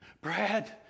Brad